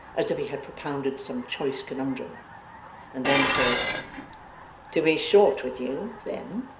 as if he had propounded some choice conundrum and then said to be short with you, then,